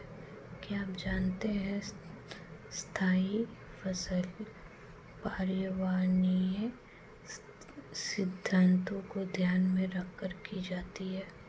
क्या आप जानते है स्थायी फसल पर्यावरणीय सिद्धान्तों को ध्यान में रखकर की जाती है?